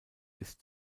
ist